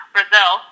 Brazil